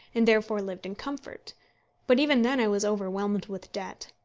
and therefore lived in comfort but even then i was overwhelmed with debt.